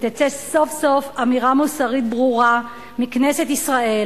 ותצא סוף-סוף אמירה מוסרית ברורה מכנסת ישראל,